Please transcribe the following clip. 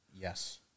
Yes